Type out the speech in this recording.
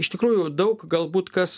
iš tikrųjų daug galbūt kas